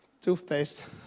toothpaste